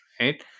right